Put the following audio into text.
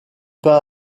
pas